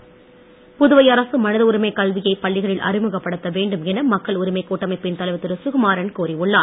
சுகுமாறன் புதுவை அரசு மனித உரிமைக் கல்வியை பள்ளிகளில் அறிமுகப்படுத்த வேண்டும் என மக்கள் உரிமைக் கூட்டமைப்பின் தலைவர் திரு சுகுமாறன் கோரி உள்ளார்